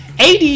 AD